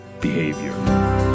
behavior